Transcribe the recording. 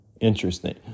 interesting